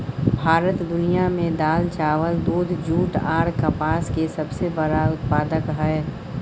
भारत दुनिया में दाल, चावल, दूध, जूट आर कपास के सबसे बड़ा उत्पादक हय